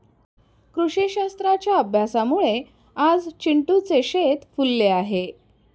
कृषीशास्त्राच्या अभ्यासामुळे आज चिंटूचे शेत फुलले आहे